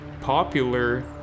popular